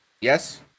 Yes